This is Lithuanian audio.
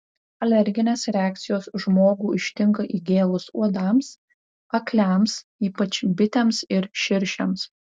alerginės reakcijos žmogų ištinka įgėlus uodams akliams ypač bitėms ir širšėms